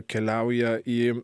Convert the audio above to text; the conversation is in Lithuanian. keliauja į